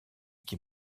qui